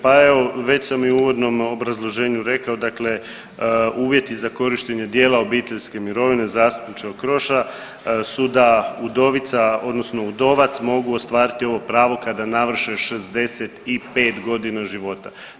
Pa evo već sam i u uvodnom obrazloženju rekao, dakle uvjeti za korištenje dijela obiteljske mirovne zastupniče Okroša su da udovica odnosno udovac mogu ostvariti ovo pravo kada navrše 65 godina života.